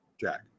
Jack